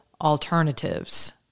alternatives